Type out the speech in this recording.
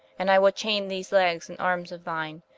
and i will chayne these legges and armes of thine,